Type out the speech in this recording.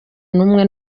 n’umwe